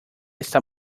está